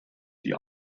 die